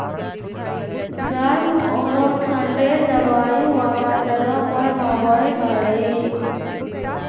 गर्म औरो ठन्डे जलवायु वाला जगह पर हबैय हइ